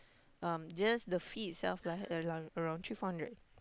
um just the fee itself lah around three four hundred